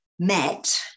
Met